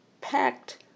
packed